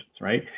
right